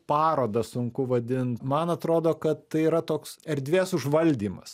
paroda sunku vadint man atrodo kad tai yra toks erdvės užvaldymas